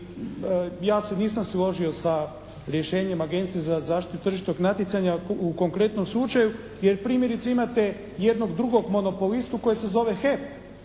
ja se nisam složio sa rješenjem Agencije za zaštitu tržišnog natjecanja u konkretnom slučaju jer primjerice imate jednog drugog monopolistu koji se zove HEP.